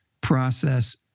process